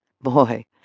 Boy